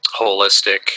holistic